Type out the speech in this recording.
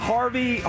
Harvey